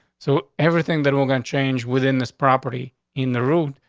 so everything that we're gonna change within this property in the root,